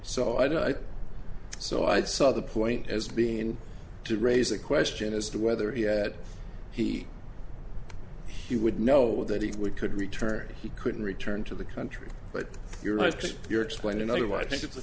think so i saw the point as being to raise a question as to whether he had he he would know that he would could return he couldn't return to the country but you're right you're explaining to you why i think it's a